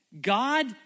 God